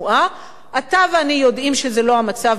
אתה ואני יודעים שזה לא המצב במדינת ישראל,